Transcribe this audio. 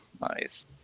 nice